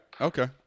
Okay